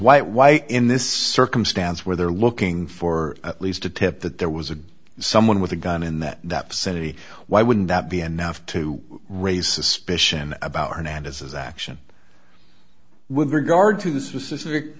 white why in this circumstance where they're looking for at least a tip that there was a someone with a gun in that city why wouldn't that be enough to raise suspicion about hernandez's action with regard to the specific